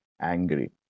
angry